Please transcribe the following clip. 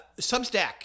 Substack